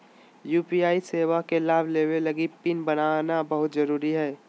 UPI सेवा के लाभ लेबे लगी पिन बनाना बहुत जरुरी हइ